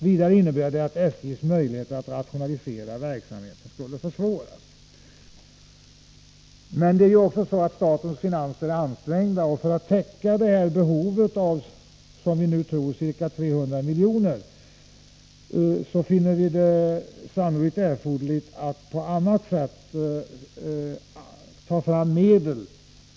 Vidare innebär det att SJ:s möjligheter att rationalisera verksamheten försämras. Men statens finanser är ju ansträngda, och för att täcka det här behovet på, som vi tror, ca 300 miljoner och därmed säkra SJ:s strukturplan finner vi det sannolikt erforderligt att på annat sätt ta fram medel.